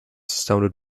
sounded